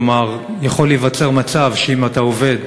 כלומר, יכול להיווצר מצב שאם אתה עובד